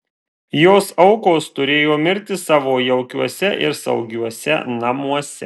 jos aukos turėjo mirti savo jaukiuose ir saugiuose namuose